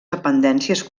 dependències